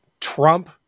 Trump